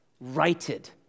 righted